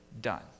done